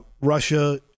Russia